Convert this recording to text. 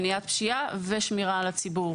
מניעת פשיעה ושמירה על הציבור.